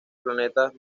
planetas